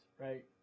right